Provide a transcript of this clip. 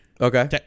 Okay